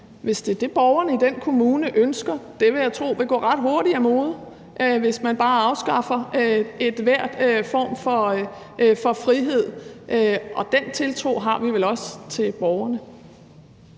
hvis det er det, borgerne i den kommune ønsker, sige: Det vil jeg tro vil gå ret hurtigt af mode, hvis man bare afskaffer enhver form for frihed. Den tiltro har vi vel også til borgerne.